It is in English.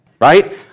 right